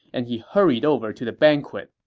and he hurried over to the banquet.